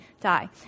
die